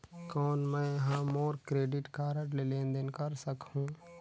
कौन मैं ह मोर क्रेडिट कारड ले लेनदेन कर सकहुं?